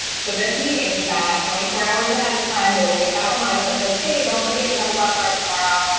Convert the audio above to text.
so this means that twenty four hours ahead of time, they will get that reminder that says, hey, don't forget, you have a webinar tomorrow,